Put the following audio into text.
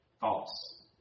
False